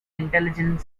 intelligent